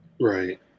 Right